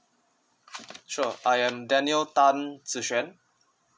sure I am daniel tan zi xuan